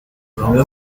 bamwe